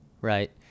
right